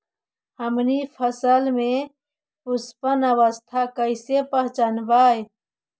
हमनी फसल में पुष्पन अवस्था कईसे पहचनबई?